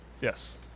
Yes